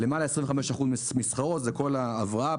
למעלה מ-25 אחוזים משכרו כאשר מדובר בהבראה,